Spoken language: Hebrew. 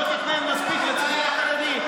לא תכנן מספיק לציבור החרדי?